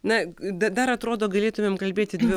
na dar atrodo galėtumėm kalbėti dvi